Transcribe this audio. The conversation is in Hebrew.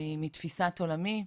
מתפיסת עולמי,